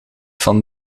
van